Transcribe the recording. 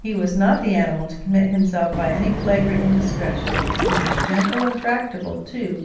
he was not the animal to commit himself by any flagrant indiscretion he was gentle and tractable, too,